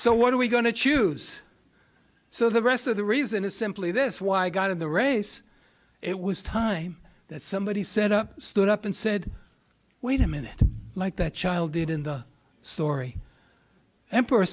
so what are we going to choose so the rest of the reason is simply this why i got in the race it was time that somebody said stood up and said wait a minute like that child in the story emperor